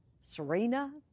Serena